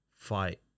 Fight